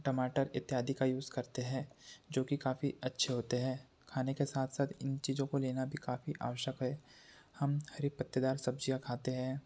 टमाटर इत्यादि का यूज़ करते हैं जो कि काफ़ी अच्छे होते हैं खाने के साथ साथ इन चीज़ों को लेना भी काफ़ी आवश्यक है हम हरी पत्तेदार सब्ज़ियाँ खाते हैं